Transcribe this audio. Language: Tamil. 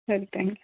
சரி தேங்க் யூ